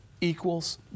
equals